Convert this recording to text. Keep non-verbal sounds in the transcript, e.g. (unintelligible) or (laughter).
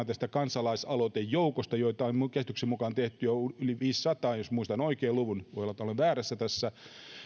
(unintelligible) tästä kansalaisaloitejoukosta joita on minun käsitykseni mukaan tehty jo yli viisisataa jos muistan luvun oikein voi olla että olen väärässä tässä